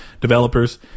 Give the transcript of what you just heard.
developers